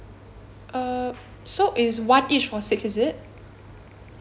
uh so it's one each for six is it